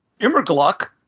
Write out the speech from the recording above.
Immergluck